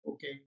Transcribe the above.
Okay